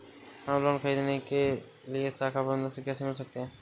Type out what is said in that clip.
हम लोन ख़रीदने के लिए शाखा प्रबंधक से कैसे मिल सकते हैं?